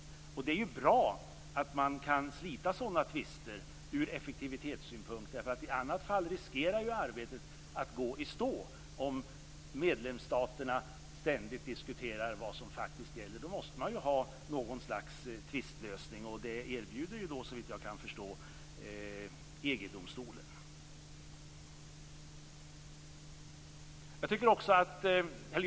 Det är ju bra ur effektivitetssynpunkt att man kan slita sådana tvister. I annat fall riskerar ju arbetet att gå i stå om medlemsstaterna ständigt diskuterar vad som faktiskt gäller. Då måste man ju ha någon slags tvistlösning. Såvitt jag kan förstå erbjuder ju EG domstolen det.